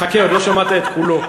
חכה, עוד לא שמעת את כולו.